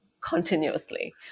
continuously